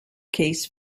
case